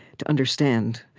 to understand,